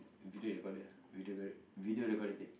video recorder ah video re~ video recorder tape